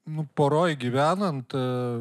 nu poroj gyvenant